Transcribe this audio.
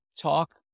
talk